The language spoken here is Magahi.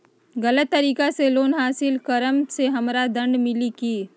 गलत तरीका से लोन हासिल कर्म मे हमरा दंड मिली कि?